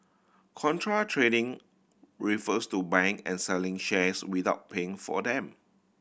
contra trading refers to buying and selling shares without paying for them